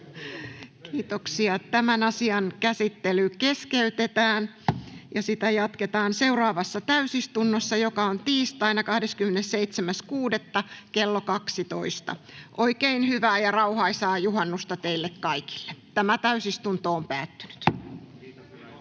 Kiitoksia. — Tämän asian käsittely keskeytetään, ja sitä jatketaan seuraavassa täysistunnossa, joka on tiistaina 27.6. kello 12. — Oikein hyvää ja rauhaisaa juhannusta teille kaikille!